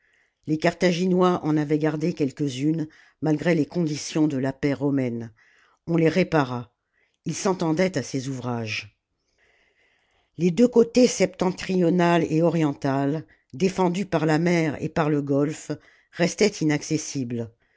les carthaginois en avaient gardé quelques-unes malgré les conditions de la paix romame on les répara ils s'entendaient à ces ouvrages les deux cotés septentrional et oriental défendus par la mer et par le golfe restaient inaccessibles